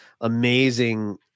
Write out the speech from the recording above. amazing